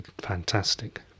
fantastic